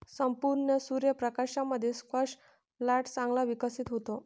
संपूर्ण सूर्य प्रकाशामध्ये स्क्वॅश प्लांट चांगला विकसित होतो